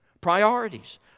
Priorities